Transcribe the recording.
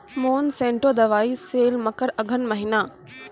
Monsanto दवाई sale मकर अघन महीना,